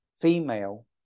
female